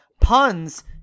Puns